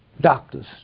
doctors